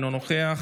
אינו נוכח,